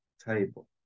table